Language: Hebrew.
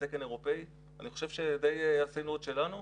תקן אירופאי אני חושב שדי עשינו את שלנו.